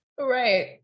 right